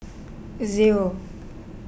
Zero